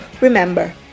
remember